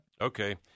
Okay